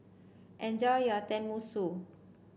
enjoy your Tenmusu